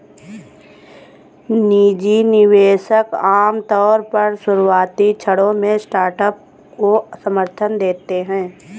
निजी निवेशक आमतौर पर शुरुआती क्षणों में स्टार्टअप को समर्थन देते हैं